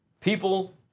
People